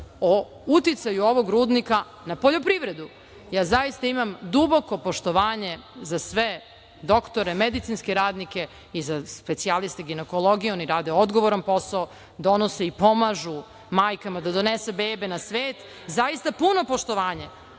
o uticaju ovog rudnika na poljoprivredu? Ja zaista imam duboko poštovanje za sve doktore, medicinske radnike i za specijaliste ginekologije, oni rade odgovoran posao, donose i pomažu majkama da donesu bebe na svet, zaista puno poštovanje,